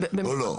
או לא?